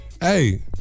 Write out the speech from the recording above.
Hey